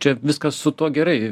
čia viskas su tuo gerai